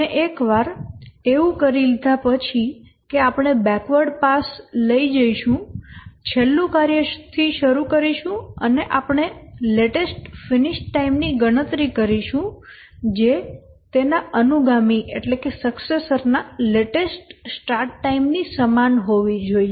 અને એકવાર એવું કરી લીધા પછી કે આપણે બેકવર્ડ પાસ લઈ જઈશું છેલ્લું કાર્ય શરૂ કરીશું અને આપણે લેટેસ્ટ ફિનિશ ટાઈમ ની ગણતરી કરીશું જે તેના અનુગામી ના લેટેસ્ટ સ્ટાર્ટ ટાઈમ ની સમાન હોવી જોઈએ